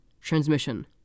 Transmission